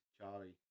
Charlie